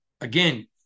Again